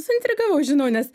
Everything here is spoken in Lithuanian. suintrigavau žinau nes